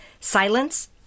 silence